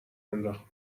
انداخت